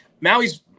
maui's